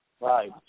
Right